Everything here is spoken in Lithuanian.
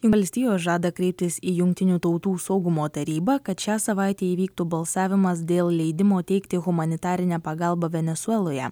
valstijos žada kreiptis į jungtinių tautų saugumo tarybą kad šią savaitę įvyktų balsavimas dėl leidimo teikti humanitarinę pagalbą venesueloje